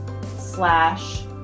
slash